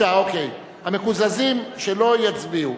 המקוזזים, שלא יצביעו.